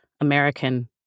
American